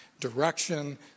direction